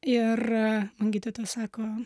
ir gydytoja sako